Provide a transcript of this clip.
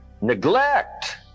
Neglect